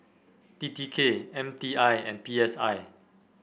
T T K M T I and P S I